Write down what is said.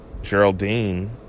Geraldine